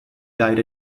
died